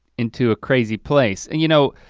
into a crazy place. and you know,